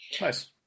Nice